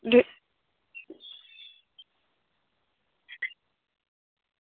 ᱡᱚᱛᱚ